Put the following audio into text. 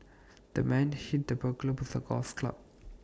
the man hit the burglar with A golf club